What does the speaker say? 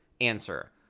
Answer